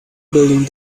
building